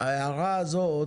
ההערה הזאת